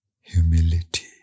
humility